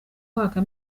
mwaka